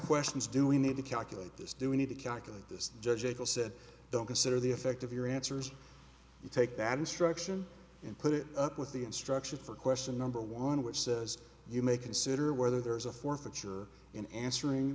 questions do we need to calculate this do we need to calculate this judge able said don't consider the effect of your answers you take that instruction and put it up with the instruction for question number one which says you may consider whether there is a forfeiture in answering